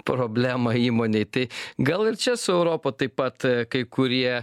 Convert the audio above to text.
problemą įmonėj tai gal ir čia su europa taip pat kai kurie